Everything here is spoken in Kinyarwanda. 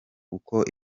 uko